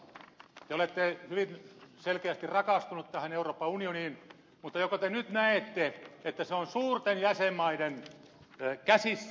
te olette hyvin selkeästi rakastunut tähän euroopan unioniin mutta joko te nyt näette että se on suurten jäsenmaiden käsissä